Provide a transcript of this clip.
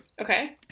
Okay